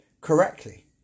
correctly